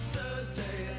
Thursday